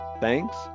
Thanks